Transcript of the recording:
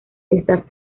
estas